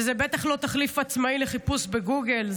וזה בטח לא תחליף עצמאי לחיפוש בגוגל,